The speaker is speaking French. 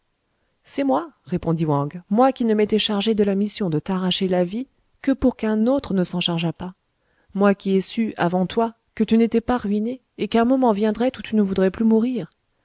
c'est moi répondit wang moi qui ne m'étais chargé de la mission de t'arracher la vie que pour qu'un autre ne s'en chargeât pas moi qui ai su avant toi que tu n'étais pas ruiné et qu'un moment viendrait où tu ne voudrais plus mourir